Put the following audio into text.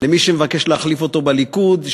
מי שמבקש להחליף אותו בליכוד,